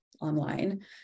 online